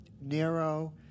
Nero